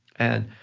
and